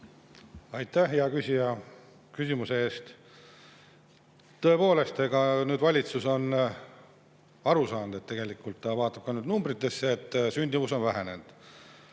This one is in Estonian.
Aitäh, hea küsija, küsimuse eest! Tõepoolest, valitsus on aru saanud – tegelikult ta vaatab ka numbreid –, et sündimus on vähenenud.